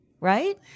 right